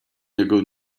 niego